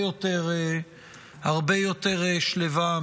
הרבה יותר שלווה,